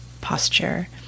posture